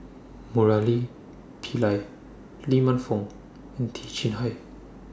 Murali Pillai Lee Man Fong and Teo Chee Hean